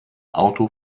auto